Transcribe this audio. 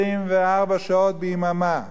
24 שעות ביממה,